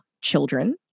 children